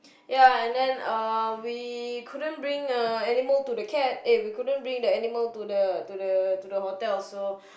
ya and then um we couldn't bring uh animal to the cat eh we couldn't bring the animal to the to the to the hotel so